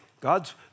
God's